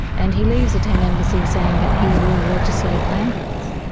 and he leaves the tent embassy saying that he will legislate land rights.